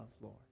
Lord